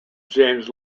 james